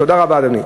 תודה רבה, אדוני.